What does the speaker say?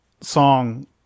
song